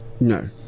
no